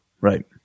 Right